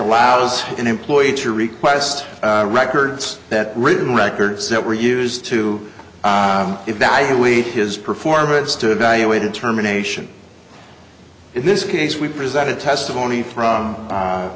allows an employee to request records that written records that were used to evaluate his performance to evaluate determination in this case we presided testimony from